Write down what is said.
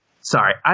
sorry